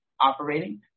operating